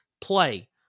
play